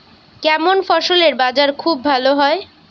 কেমন ফসলের বাজার খুব ভালো হয়?